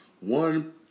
One